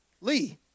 Lee